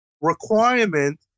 requirement